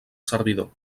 servidor